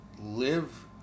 live